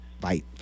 Bye